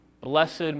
Blessed